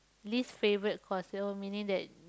least favourite cores oh meaning that